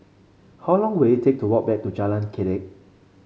how long will it take to walk back to Jalan Kledek